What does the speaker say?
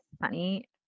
funny